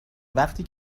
وقتی